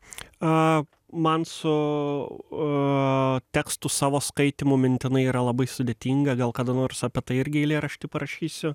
a man su a tekstų savo skaitymu mintinai yra labai sudėtinga gal kada nors apie tai irgi eilėraštį parašysiu